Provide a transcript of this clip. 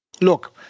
look